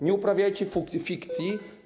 Nie uprawiajcie fikcji.